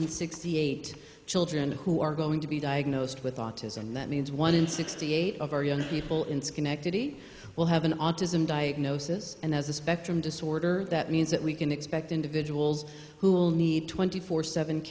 in sixty eight children who are going to be diagnosed with autism and that means one in sixty eight of our young people in schenectady will have an autism diagnosis and as a spectrum disorder that means that we can expect individuals who will need twenty four seven